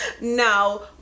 now